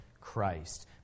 Christ